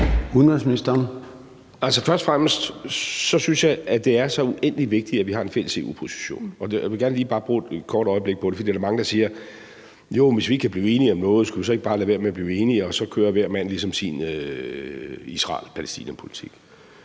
først og fremmest synes jeg, det er så uendelig vigtigt, at vi har en fælles EU-position. Jeg vil gerne lige bare bruge et kort øjeblik på det, for der er mange, der siger: Hvis vi ikke kan blive enige om noget, skulle vi så ikke bare lade være med at blive enige, og så kører hvert land ligesom sin egen Israel-Palæstina-politik?